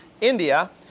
India